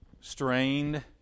strained